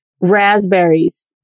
raspberries